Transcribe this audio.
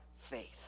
faith